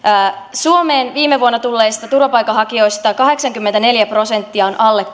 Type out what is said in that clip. suomeen viime vuonna tulleista turvapaikanhakijoista kahdeksankymmentäneljä prosenttia on alle